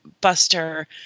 Buster